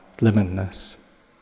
limitless